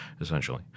essentially